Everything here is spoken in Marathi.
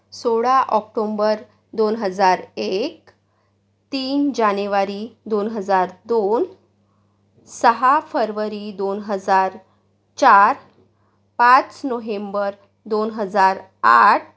सोळा ओक्टोम्बर दोन हजार एक तीन जानेवारी दोन हजार दोन सहा फरवरी दोन हजार चार पाच नोहेंबर दोन हजार आठ